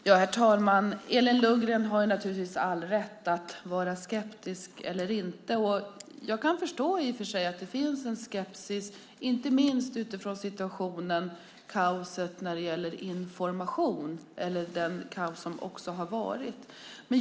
Herr talman! Elin Lundgren har naturligtvis all rätt att vara skeptisk eller inte. Jag kan i och för sig förstå att det finns en skepsis, inte minst utifrån situationen med kaoset när det gäller information och det kaos som också har varit.